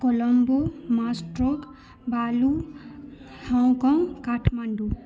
Colombo Moscow बालू Hong Kong Kathmandu